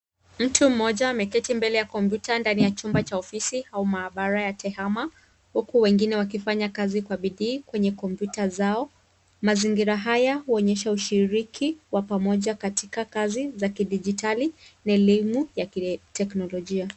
Mtu mmoja ameketi mbele ya kompyuta ndani ya chumba cha ofisi au maabara ya tehama huku wengine wakifanya kazi kwa bidii kwenye kompyuta zao. Mazingira haya huonyesha ushiriki katika kazi za kidijitali au elimu ya kiteknolojia.